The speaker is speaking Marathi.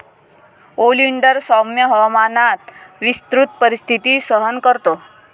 ओलिंडर सौम्य हवामानात विस्तृत परिस्थिती सहन करतो